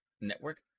network